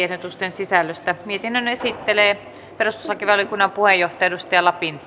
sisällöstä mietinnön esittelee perustuslakivaliokunnan puheenjohtaja edustaja lapintie